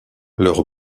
leur